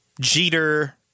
Jeter